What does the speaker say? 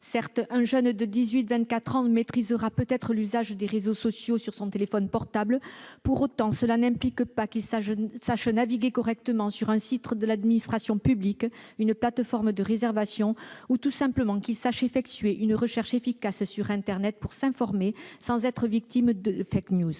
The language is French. Certes, un jeune entre 18 et 24 ans maîtrisera peut-être l'usage des réseaux sociaux sur son téléphone portable, mais cela n'implique pas pour autant qu'il sache naviguer correctement sur un site de l'administration publique ou une plateforme de réservation ni qu'il sache effectuer une recherche efficace sur internet pour s'informer sans être victime de. La crise